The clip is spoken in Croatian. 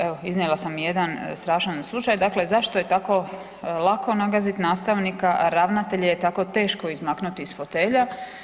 Evo iznijela sam jedan strašan slučaj dakle zašto je tako lako nagazit nastavnika, a ravnatelje je tako teško izmaknuti iz fotelja?